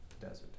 desert